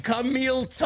Camille